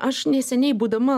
aš neseniai būdama